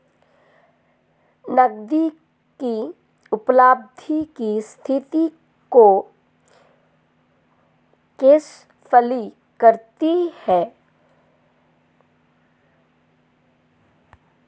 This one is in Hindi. नगदी की उपलब्धि की स्थिति को कैश फ्लो कहते हैं